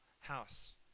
house